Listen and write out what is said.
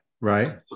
Right